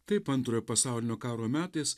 kaip antrojo pasaulinio karo metais